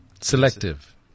Selective